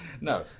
No